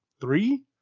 three